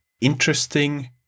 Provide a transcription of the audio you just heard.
interesting